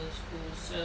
old self